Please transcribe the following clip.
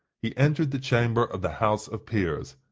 he entered the chamber of the house of peers,